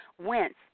Wentz